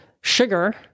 sugar